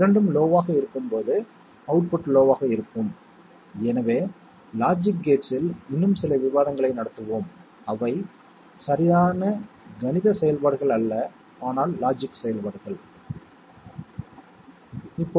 அதே போல் நீங்கள் கேரி ஐ எடுத்தால் ஹைலைட் செய்யப்பட்ட கேஸ்களில் கேரி என்பது 1 ஆகும் அதற்கேற்ப இந்த குறிப்பிட்ட நிகழ்வுகளின் லாஜிக் ரீதியான பிரதிநிதித்துவத்தை உருவாக்கினோம் இந்த வழக்கில் அல்லது இந்த விஷயத்தில் அல்லது இந்த வழக்கில் லாஜிக்கல் OR செயல்பாட்டுடன் அவற்றை இணைத்துள்ளோம்